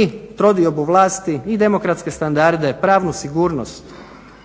i trodiobu vlasti i demokratske standarde, pravnu sigurnost,